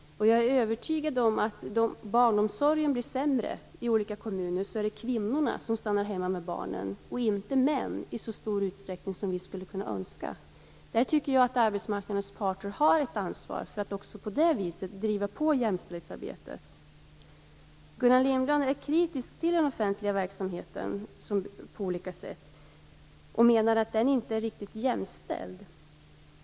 Jag är övertygad om att om barnomsorgen blir sämre i olika kommuner är det kvinnorna som stannar hemma med barnen och inte männen i så stor utsträckning som vi skulle kunna önska. Där tycker jag att arbetsmarknadens parter har ett ansvar för att också på det viset driva på jämställdhetsarbetet. Gullan Lindblad är på olika sätt kritisk till den offentliga verksamheten. Hon menar att den inte är riktigt jämställd.